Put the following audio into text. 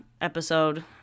episode